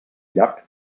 llarg